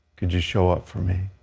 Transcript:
could you show up for me?